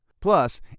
Plus